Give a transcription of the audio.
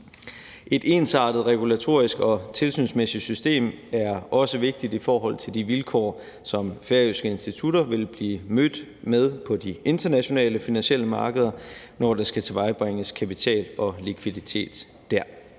Et ensartet regulatorisk og tilsynsmæssigt system er også vigtigt i forhold til de vilkår, som færøske institutter vil blive mødt med på de internationale finansielle markeder, når der skal tilvejebringes kapital og likviditet der.